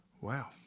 Wow